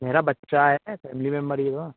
मेरा बच्चा है फ़ैमिली मेम्बर ही हुआ